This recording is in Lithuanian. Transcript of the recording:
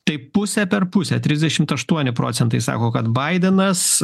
tai pusę per pusę trisdešimt aštuoni procentai sako kad baidenas